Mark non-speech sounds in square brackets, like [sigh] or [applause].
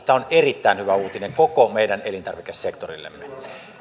[unintelligible] tämä on erittäin hyvä uutinen koko meidän elintarvikesektorillemme